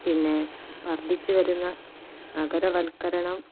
പിന്നേ വർദ്ധിച്ചു വരുന്ന നഗരവത്ക്കരണം